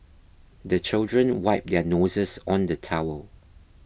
the children wipe their noses on the towel